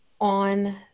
on